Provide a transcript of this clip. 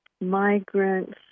migrants